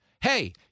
Hey